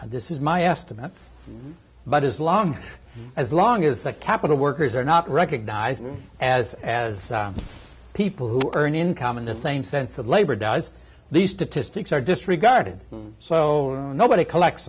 until this is my estimate but as long as long as the capital workers are not recognized as as people who earn income in the same sense of labor does the statistics are disregarded so nobody collects